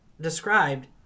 described